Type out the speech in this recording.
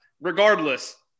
regardless